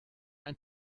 ein